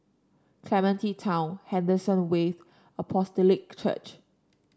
Clementi Town Henderson Wave Apostolic Church